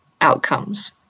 outcomes